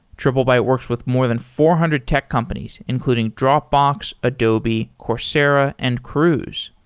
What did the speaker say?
triplebyte works with more than four hundred tech companies including dropbox, adobe, coursera and cruise.